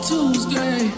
Tuesday